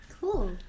cool